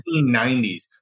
1990s